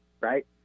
right